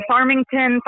Farmington